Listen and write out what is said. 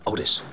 Otis